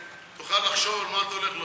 שתוכל לחשוב מה אתה הולך להגיד.